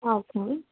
okay